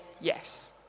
yes